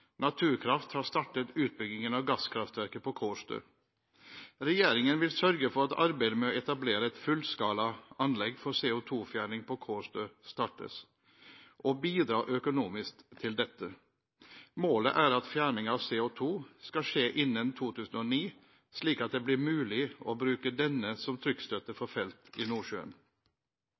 «Naturkraft har startet utbyggingen av gasskraftverket på Kårstø. Regjeringen vil sørge for at arbeidet med å etablere et fullskala anlegg for CO2-fjerning på Kårstø startes, og bidra økonomisk til dette. Målet er at fjerning av CO2 skal skje innen 2009, slik at det blir mulig å bruke denne som trykkstøtte for felt i Nordsjøen.